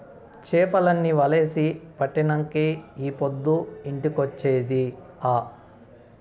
చేపల్ని వలేసి పట్టినంకే ఈ పొద్దు ఇంటికొచ్చేది ఆ